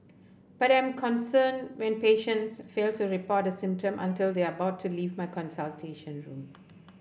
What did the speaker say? but I am concerned when patients fail to report a symptom until they are about to leave my consultation room